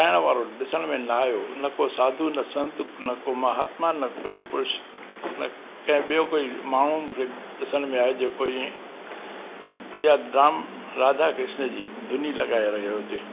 ॻाइणु वारो ॾिसण में न आहियो न को साधू न संत न को महात्मा न कोई कुझु न कंहिं ॿियो कोइ माण्हू मूंखे ॾिसण में आयो जेको इएं इहा राम राधा कृष्ण जी धुनी लॻाए रहियो हुजे